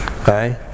Okay